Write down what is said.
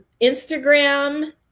Instagram